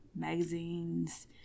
magazines